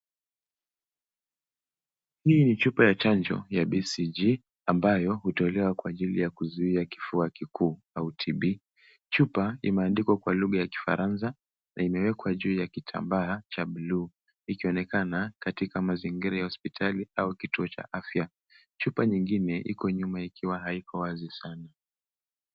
Hii ni chupa ya chanjo ya BCG ambayo hutolewa kwa ajili ya kuzuia kifua kikuu au TB . Chupa imeandikwa kwa lugha ya Kifaransa na imewekwa juu kitambaa cha bluu ikionekana katika mazingira ya hospitali au kituo cha afya. Chupa nyingine iko nyuma ikiwa haiko wazi sana.